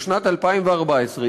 בשנת 2014,